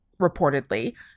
reportedly